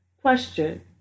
Question